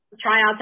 tryouts